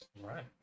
right